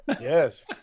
Yes